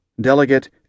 Delegate